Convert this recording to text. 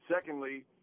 secondly